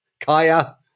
Kaya